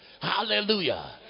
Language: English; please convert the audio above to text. Hallelujah